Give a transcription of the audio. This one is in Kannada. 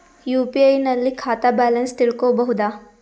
ಯು.ಪಿ.ಐ ನಲ್ಲಿ ಖಾತಾ ಬ್ಯಾಲೆನ್ಸ್ ತಿಳಕೊ ಬಹುದಾ?